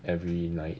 every night